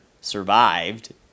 survived